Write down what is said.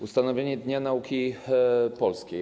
Ustanowienie Dnia Nauki Polskiej.